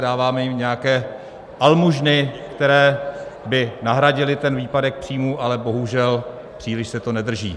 Dáváme jim nějaké almužny, které by nahradily ten výpadek příjmů, ale bohužel, příliš se to nedaří.